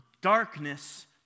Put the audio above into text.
darkness